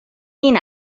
این